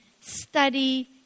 study